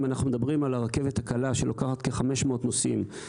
אם אנחנו מדברים על הרכבת הקלה שלוקחת כ-500 נוסעים,